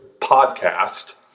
podcast